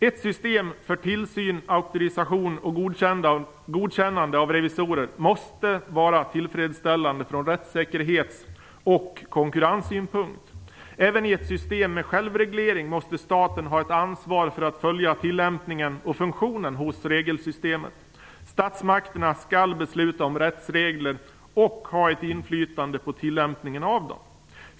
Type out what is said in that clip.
Ett system för tillsyn, auktorisation och godkännande av revisorer måste vara tillfredsställande från rättssäkerhets och konkurrenssynpunkt. Även i ett system med självreglering måste staten ha ett ansvar att följa tillämpningen och funktionen hos regelsystemet. Statsmakterna skall besluta om rättsregler och ha ett inflytande på tillämpningen av dem.